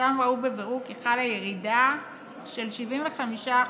ובו ראו בבירור כי חלה ירידה של 75%